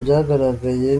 byagaragaye